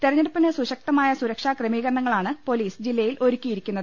തെരഞ്ഞെടുപ്പിന് സുശക്തമായ സുരക്ഷാ ക്രമീകരണ ങ്ങളാണ് പൊലീസ് ജില്ലയിൽ ഒരുക്കിയിരിക്കുന്നത്